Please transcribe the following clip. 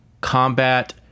combat